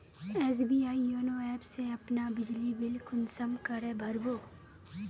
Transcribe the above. SBI YONO app से अपना बिजली बिल कुंसम करे भर बो?